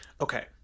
okay